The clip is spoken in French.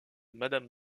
madame